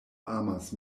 amas